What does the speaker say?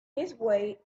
way